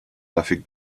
dafür